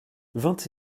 vingt